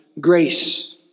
grace